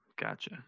gotcha